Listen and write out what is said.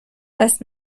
دست